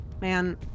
Man